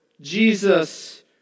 Jesus